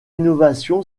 innovation